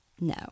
No